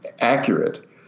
accurate